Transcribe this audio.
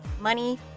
money